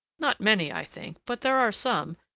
not many, i think but there are some,